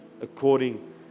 according